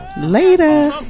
Later